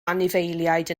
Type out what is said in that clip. anifeiliaid